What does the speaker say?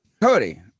Cody